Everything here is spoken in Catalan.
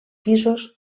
pisos